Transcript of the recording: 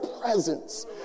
presence